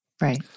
Right